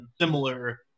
similar